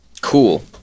cool